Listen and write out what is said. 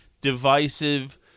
divisive